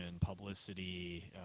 publicity